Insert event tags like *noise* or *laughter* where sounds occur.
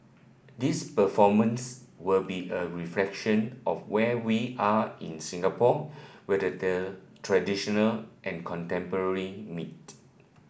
these performances will be a reflection of where we are in Singapore where *noise* the traditional and contemporary meet